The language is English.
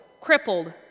crippled